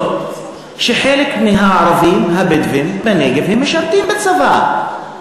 שחלק מן הערבים הבדואים בנגב משרתים בצבא,